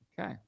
Okay